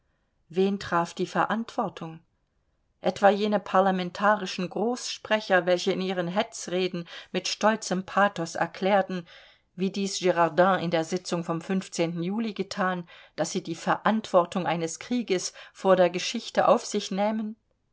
wen traf die verantwortung etwa jene parlamentarischen großsprecher welche in ihren hetzreden mit stolzem pathos erklärten wie dies girardin in der sitzung vom juli gethan daß sie die verantwortung eines krieges vor der geschichte auf sich nähmen